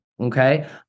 okay